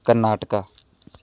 Karnataka